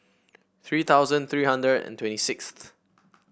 three thousand three hundred and twenty six